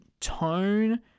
tone